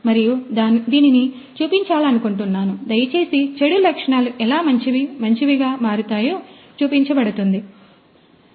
మరియు దీనిని చూపించాలనుకుంటున్నాను దయచేసి చెడు లక్షణాలు ఎలా మంచివి మంచివి గా మారుతాయో చూపించబడుతుంది